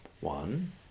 One